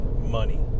money